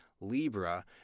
Libra